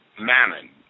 Mammon